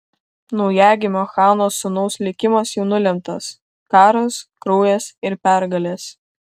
naujagimio chano sūnaus likimas jau nulemtas karas kraujas ir pergalės